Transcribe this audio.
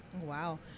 Wow